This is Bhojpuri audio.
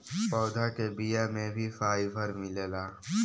पौधा के बिया में भी फाइबर मिलेला